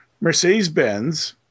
Mercedes-Benz